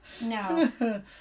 No